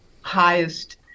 highest